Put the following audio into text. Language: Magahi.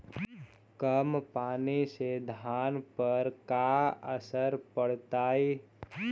कम पनी से धान पर का असर पड़तायी?